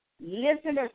listeners